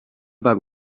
bug